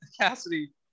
Cassidy